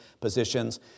positions